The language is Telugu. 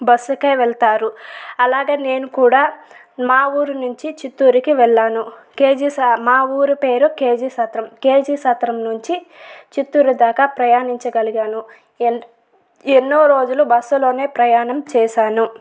బస్సు కే వెళ్తారు అలాగే నేను కూడ మా ఊరు నుంచి చిత్తూరికి వెళ్ళాను కేజీసా మా ఊరి పేరు కేజీ సత్రం కేజీ సత్రం నుంచి చిత్తూరు దాకా ప్రయాణించగలిగాను ఎన్ ఎన్నో రోజులు బస్సు లోనే ప్రయాణం చేశాను